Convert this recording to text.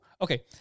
okay